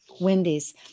Wendy's